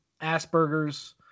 Asperger's